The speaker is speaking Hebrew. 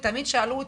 תמיד שאלו אותי,